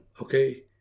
okay